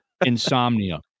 Insomnia